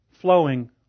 flowing